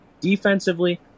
Defensively